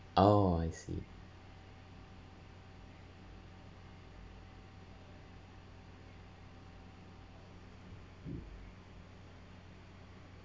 oh I see